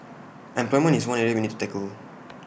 employment is one area we need to tackle